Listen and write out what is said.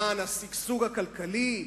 למען השגשוג הכלכלי?